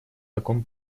таком